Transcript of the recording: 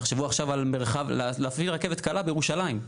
תחשבו עכשיו על מרחב, להפעיל רכבת קלה בירושלים.